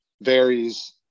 varies